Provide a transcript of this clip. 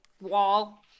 wall